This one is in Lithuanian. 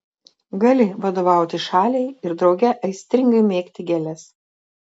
gali vadovauti šaliai ir drauge aistringai mėgti gėles